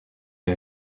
est